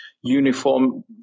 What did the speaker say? uniform